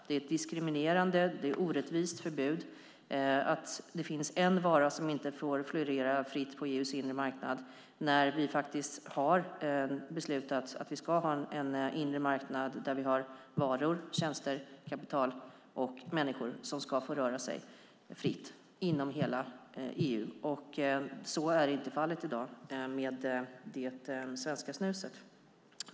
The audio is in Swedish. Det är ett diskriminerande och orättvist förbud att det finns en vara som inte får florera fritt på EU:s inre marknad när vi har beslutat att vi ska ha en inre marknad där varor, tjänster, kapital och människor ska få röra sig fritt inom hela EU. Så är inte fallet i dag med det svenska snuset.